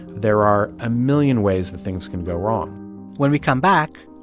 there are a million ways that things can go wrong when we come back,